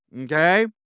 Okay